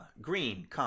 green